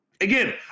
Again